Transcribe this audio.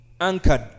anchored